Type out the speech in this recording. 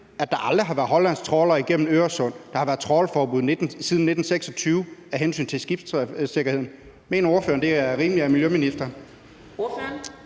at der aldrig har været hollandske trawlere igennem Øresund, fordi der har været trawlforbud side 1926 af hensyn til skibsikkerheden. Mener ordføreren, at det er rimeligt af miljøministeren?